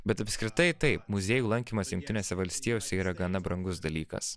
bet apskritai taip muziejų lankymas jungtinėse valstijose yra gana brangus dalykas